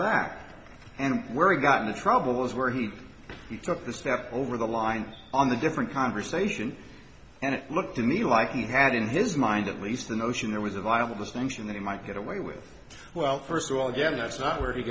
back where we got into trouble was where he he took the step over the line on the different conversation and it looked to me like he had in his mind at least the notion there was a viable distinction that he might get away with well first of all again that's not where he